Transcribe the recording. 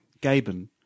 Gaben